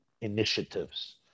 initiatives